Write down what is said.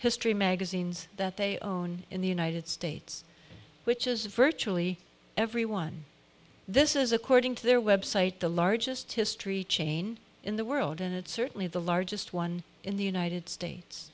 history magazines that they own in the united states which is virtually everyone this is according to their website the largest history chain in the world and it's certainly the largest one in the united states